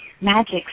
magic